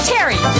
Terry